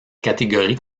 catégorie